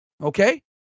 okay